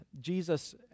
Jesus